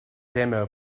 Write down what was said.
demo